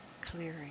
clearing